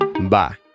Bye